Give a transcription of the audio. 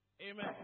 amen